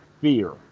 fear